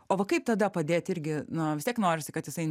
o va kaip tada padėti irgi na vis tiek norisi kad jisai